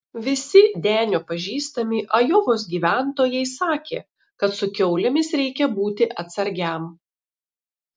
visi denio pažįstami ajovos gyventojai sakė kad su kiaulėmis reikia būti atsargiam